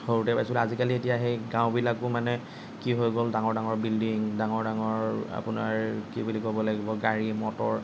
সৰুতে পাইছিলোঁ আজিকালি এতিয়া সেই গাঁওবিলাকো মানে কি হৈ গ'ল ডাঙৰ ডাঙৰ বিল্ডিং ডাঙৰ ডাঙৰ আপোনাৰ কি বুলি ক'ব লাগিব গাড়ী মটৰ